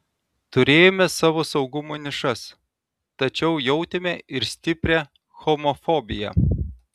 turėjome savo saugumo nišas tačiau jautėme ir stiprią homofobiją